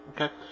okay